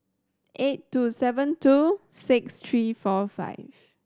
eight two seven two six three four five